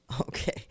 Okay